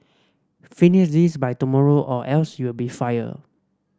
finish this by tomorrow or else you'll be fired